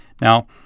Now